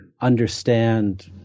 understand